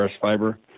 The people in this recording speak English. Fiber